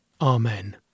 Amen